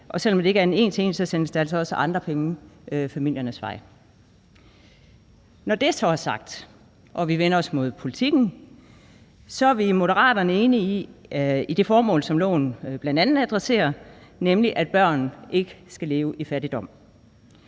forholdet ikke er en til en, sendes der altså også andre penge til familierne. Når det så er sagt og vi vender os mod politikken, er vi i Moderaterne enige i det formål, som lovforslaget bl.a. adresserer, nemlig at børn ikke skal leve i fattigdom.